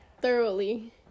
thoroughly